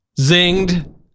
Zinged